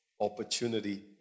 opportunity